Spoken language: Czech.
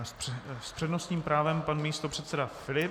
S přednostním právem pan místopředseda Filip.